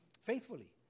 faithfully